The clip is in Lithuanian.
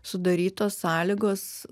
sudarytos sąlygos